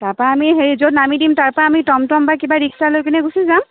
তাৰ পৰা আমি হেৰি যত নামি দিম তাৰ পৰা আমি টম টম বা কিবা ৰিক্সা লৈ গুচি যাম